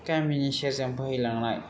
गामिनि सेरजों बोहैलांनाय